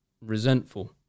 resentful